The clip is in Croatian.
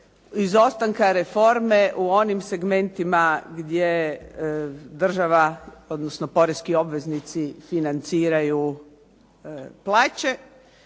izostanka reforme u onim segmentima gdje država odnosno poreski obveznici financiraju plaće